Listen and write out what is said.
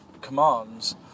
commands